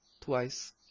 twice